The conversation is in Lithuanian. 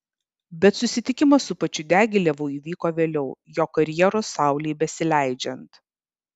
bet susitikimas su pačiu diagilevu įvyko vėliau jo karjeros saulei besileidžiant